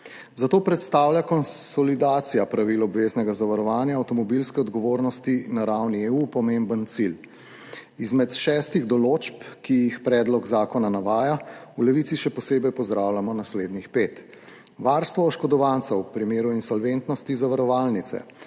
zato predstavlja konsolidacija pravil obveznega zavarovanja avtomobilske odgovornosti na ravni EU pomemben cilj. Izmed šestih določb, ki jih navaja predlog zakona, v Levici še posebej pozdravljamo naslednjih pet – varstvo oškodovancev v primeru insolventnosti zavarovalnice,